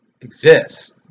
exists